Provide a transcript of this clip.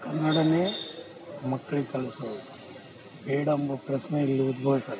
ಕನ್ನಡವೇ ಮಕ್ಳಿಗೆ ಕಲಸೋದು ಬೇಡ ಅನ್ನೋ ಪ್ರಶ್ನೆ ಇಲ್ಲಿ ಉದ್ಭವಿಸಲ್ಲ